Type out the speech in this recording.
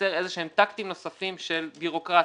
ומייצר איזה שהם טקטים נוספים של בירוקרטיה,